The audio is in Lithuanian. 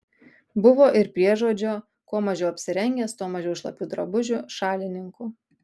buvo ir priežodžio kuo mažiau apsirengęs tuo mažiau šlapių drabužių šalininkų